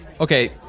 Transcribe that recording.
okay